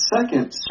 Second